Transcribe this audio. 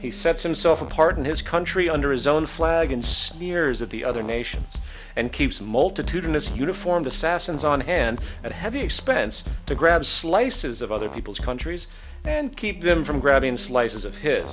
he sets himself apart in his country under his own flag and sneers at the other nations and keeps multitudinous uniformed assassins on hand at heavy expense to grab slices of other people's countries and keep them from grabbing slices of hi